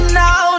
now